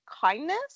kindness